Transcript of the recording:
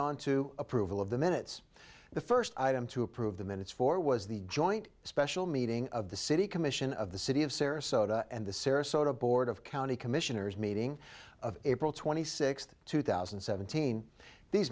on to approval of the minutes the first item to approve the minutes for was the joint special meeting of the city commission of the city of sarasota and the sarasota board of county commissioners meeting of april twenty sixth two thousand and seventeen these